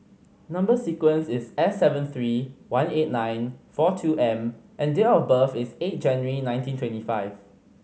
number sequence is S seven three one eight nine four two M and date of birth is eight January nineteen twenty five